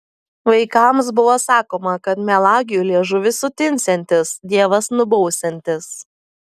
vaikams buvo sakoma kad melagiui liežuvis sutinsiantis dievas nubausiantis